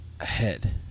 ahead